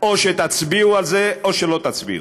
או שתצביעו על זה או שלא תצביעו.